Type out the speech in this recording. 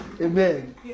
Amen